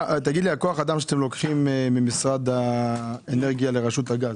כוח האדם שאתם לוקחים ממשרד האנרגיה לרשות הגז,